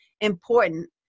important